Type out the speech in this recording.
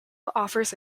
offers